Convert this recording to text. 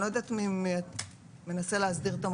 אני לא יודעת מי מנסה להסדיר את זה.